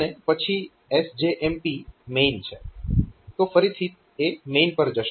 અને પછી SJMP MAIN છે તો ફરીથી એ MAIN પર જશે